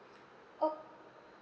oh